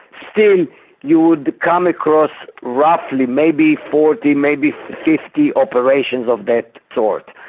still you would come across roughly maybe forty, maybe fifty operations of that sort.